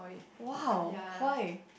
!wow! why